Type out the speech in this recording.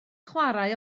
chwarae